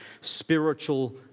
spiritual